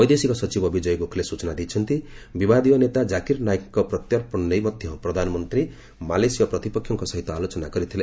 ବୈଦେଶିକ ସଚିବ ବିଜୟ ଗୋଖ୍ଲେ ସୂଚନା ଦେଇଛନ୍ତି ବିବାଦୀୟ ନେତା ଜାକିର ନାଏକଙ୍କ ପ୍ରତ୍ୟପ୍ରଣ ନେଇ ମଧ୍ୟ ପ୍ରଧାନମନ୍ତ୍ରୀ ମାଲେସିଆ ପ୍ରତିପକ୍ଷଙ୍କ ସହିତ ଆଲୋଚନା କରିଥିଲେ